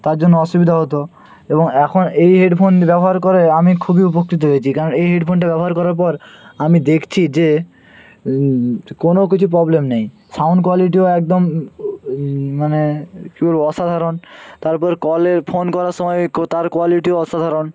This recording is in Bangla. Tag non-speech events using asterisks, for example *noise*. তার জন্য অসুবিধা হতো এবং এখন এই হেডফোনটি ব্যবহার করায় আমি খুবই উপকৃত হয়েছি কারণ এই হেডফোনটা ব্যবহার করার পর আমি দেখছি যে কোনো কিছু প্রবলেম নেই সাউন্ড কোয়ালিটিও একদম মানে কী বলব অসাধারণ তারপর কলে ফোন করার সময় *unintelligible* তার কোয়ালিটিও অসাধারণ